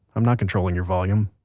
i'm not controlling your volume!